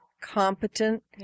competent